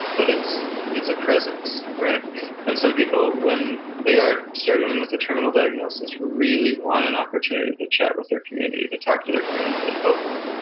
but it's it's a presence, right and some people when they are struggling with a terminal diagnosis really want an opportunity to chat with their community, to talk with their community openly.